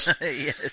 Yes